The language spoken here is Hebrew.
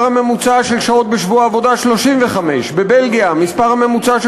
הממוצע של שעות בשבוע עבודה הוא 35. בבלגיה המספר הממוצע של